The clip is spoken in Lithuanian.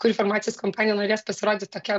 kuri farmacijos kompanija norės pasirodyt tokia